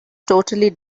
totally